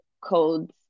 codes